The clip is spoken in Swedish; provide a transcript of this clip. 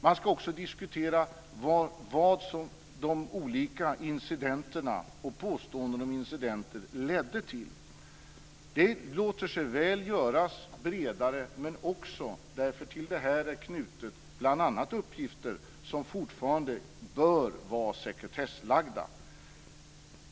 Man ska också diskutera vad de olika incidenterna och påståendena om incidenter ledde till. Det låter sig väl göras bredare, men till det här är knutna bl.a. uppgifter som fortfarande bör vara sekretessbelagda.